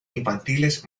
infantiles